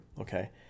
Okay